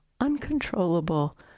uncontrollable